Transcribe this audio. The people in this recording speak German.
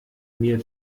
mir